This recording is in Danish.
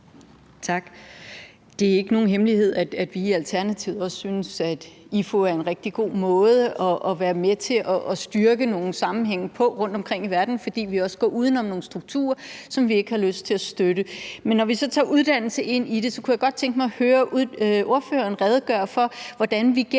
Tak. Det er ikke nogen hemmelighed, at vi i Alternativet også synes, at IFO er en rigtig god måde til at styrke nogle sammenhænge på rundt omkring i verden, fordi vi også går uden om nogle strukturer, som vi ikke har lyst til at støtte. Men når vi så får uddannelse ind i det, kunne jeg godt tænke mig at høre ordføreren redegøre for, hvordan vi igennem